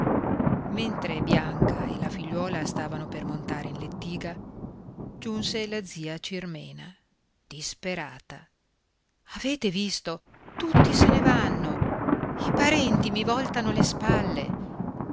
mentre bianca e la figliuola stavano per montare in lettiga giunse la zia cirmena disperata avete visto tutti se ne vanno i parenti mi voltano le spalle